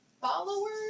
followers